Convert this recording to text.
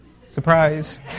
Surprise